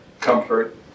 comfort